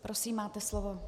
Prosím, máte slovo.